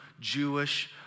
Jewish